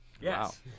Yes